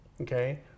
okay